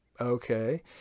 okay